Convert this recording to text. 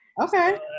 Okay